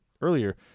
earlier